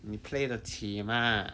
you play 的起吗